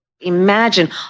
Imagine